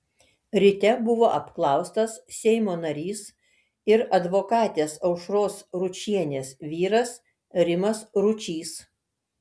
ryte buvo apklaustas seimo narys ir advokatės aušros ručienės vyras rimas ručys